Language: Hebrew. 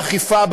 ואכיפה,